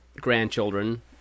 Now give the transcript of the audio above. grandchildren